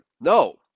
No